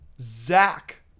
Zach